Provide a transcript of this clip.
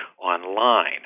online